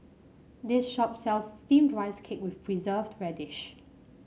this shop sells steamed Rice Cake with Preserved Radish